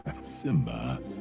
Simba